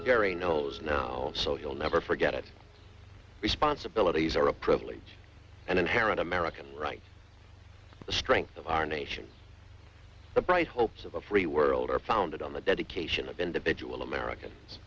gary knows now so you'll never forget it responsibilities are a privilege and inherent american right the strength of our nation the bright hopes of a free world are founded on the dedication of individual americans